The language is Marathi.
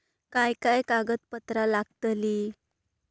काय काय कागदपत्रा लागतील?